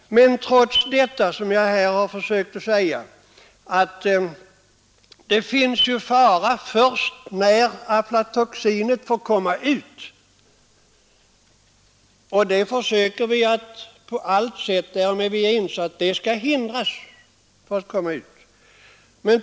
Det är fara först när aflatoxinet får komma ut, men vi är ju överens om att man skall hindra att detta medel kommer ut.